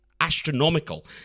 Astronomical